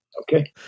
okay